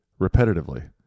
repetitively